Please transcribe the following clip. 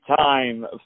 time